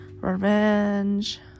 revenge